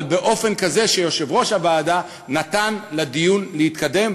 אבל באופן כזה שיושב-ראש הוועדה נתן לדיון להתקדם,